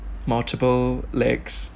multiple legs